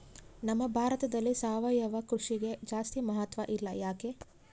ನಮ್ಮ ಭಾರತದಲ್ಲಿ ಸಾವಯವ ಕೃಷಿಗೆ ಜಾಸ್ತಿ ಮಹತ್ವ ಇಲ್ಲ ಯಾಕೆ?